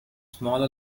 smaller